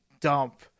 dump